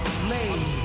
slave